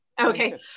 Okay